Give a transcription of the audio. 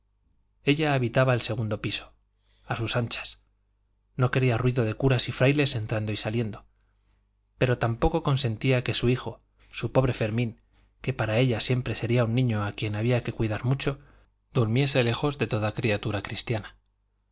ella habitaba el segundo piso a sus anchas no quería ruido de curas y frailes entrando y saliendo pero tampoco consentía que su hijo su pobre fermín que para ella siempre sería un niño a quien había que cuidar mucho durmiese lejos de toda criatura cristiana